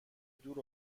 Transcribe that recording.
دور